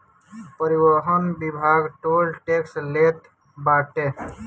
परिवहन विभाग toll tax लेत बाटे